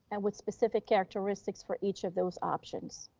and with specific characteristics for each of those options,